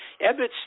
Ebbets